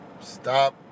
stop